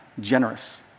generous